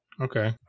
Okay